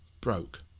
broke